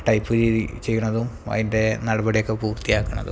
type ചെയ്യുന്നതും അതിൻ്റെ നടപടിയൊക്കെ പൂർത്തിയാക്കുന്നതും